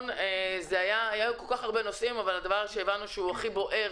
היו הרבה מאוד נושאים אבל הדבר שהבנו שהוא הכי בוער,